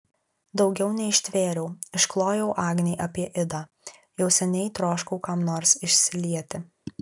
daugiau neištvėriau išklojau agnei apie idą jau seniai troškau kam nors išsilieti